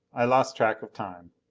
i lost track of time.